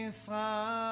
Israel